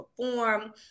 perform